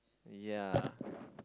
yea